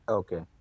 okay